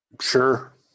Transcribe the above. Sure